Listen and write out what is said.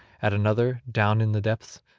at another, down in the depths,